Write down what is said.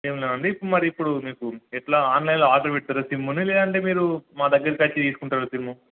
ఎం లేదండి ఇప్పుడు మరి ఇప్పుడు మీకు ఎలా ఆన్లైన్లో ఆర్డర్ పెడతారా సిమ్ని లేదంటే మీరు మా దగ్గరకోచి తీసుకుంటారు సిమ్